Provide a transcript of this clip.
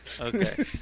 Okay